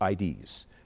IDs